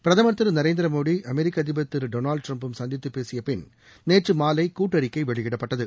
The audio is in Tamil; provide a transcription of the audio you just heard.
பிரதமர் திரு நரேந்திர மோடி அமெரிக்க அதிபர் திரு டொனால்டு டிரம்பும் சந்தித்து பேசிய பின் நேற்று மாலை கூட்டறிக்கை வெளியிடப்பட்டது